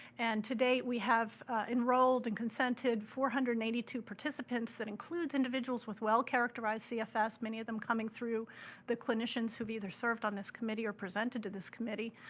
and today we have enrolled and consented four hundred and eighty two participants that includes individuals with well-characterized cfs, many of them coming through the clinicians who've either served on this committee or presented to this committee.